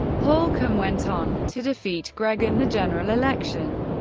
holcomb went on to defeat gregg in the general election.